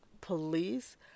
police